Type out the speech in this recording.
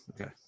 okay